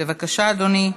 בבקשה, אדוני.